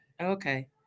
Okay